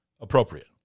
appropriate